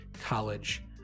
college